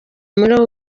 muri